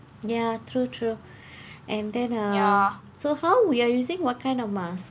ya true true and then ah so how you are using what kind of mask